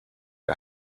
are